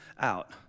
out